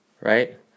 Right